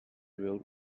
will